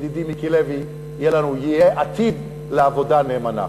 ידידי מיקי לוי, יהיה עתיד לעבודה נאמנה.